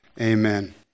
amen